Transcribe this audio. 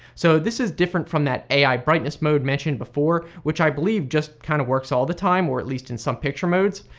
so this is different from that ai brightness mode mentioned before, which i believe just kind-of kind of works all the time, or at least in some picture modes.